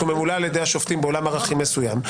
בעולם ערכים מסוים,